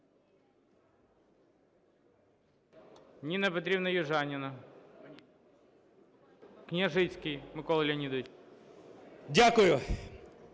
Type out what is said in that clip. Дякую.